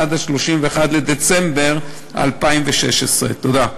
עד 31 בדצמבר 2016. תודה.